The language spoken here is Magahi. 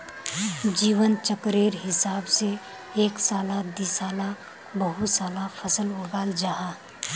जीवन चक्रेर हिसाब से एक साला दिसाला बहु साला फसल उगाल जाहा